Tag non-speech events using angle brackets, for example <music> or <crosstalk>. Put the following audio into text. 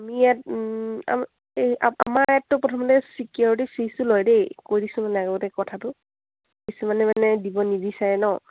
আমি ইয়াত <unintelligible> এই আমাৰ ইয়াততো প্ৰথমতে চিকিউৰিটি ফিছো লয় দেই কৈ দিছোঁ মানে আগতে কথাটো কিছুমানে মানে দিব নিবিচাৰে ন